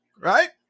Right